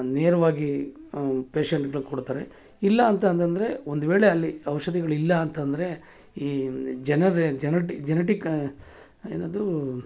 ನೇರವಾಗಿ ಪೇಶಂಟ್ಗಳ್ಗೆ ಕೊಡ್ತಾರೆ ಇಲ್ಲ ಅಂತ ಅಂದೆಂದ್ರೆ ಒಂದ್ವೇಳೆ ಅಲ್ಲಿ ಔಷಧಿಗಳು ಇಲ್ಲ ಅಂತ ಅಂದ್ರೆ ಈ ಜನರೆ ಜನೊಟಿ ಜೆನೆಟಿಕ್ ಏನದು